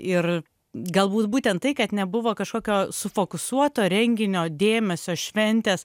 ir galbūt būtent tai kad nebuvo kažkokio sufokusuoto renginio dėmesio šventės